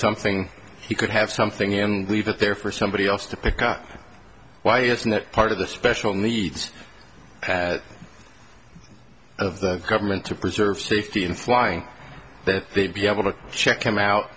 something he could have something he leave it there for somebody else to pick up why isn't that part of the special needs of the government to preserve safety in flying that be able to check them out